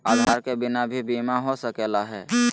आधार के बिना भी बीमा हो सकले है?